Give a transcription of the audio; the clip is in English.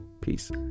Peace